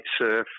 surf